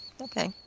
Okay